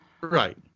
Right